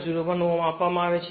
01 Ω આપવામાં આવે છે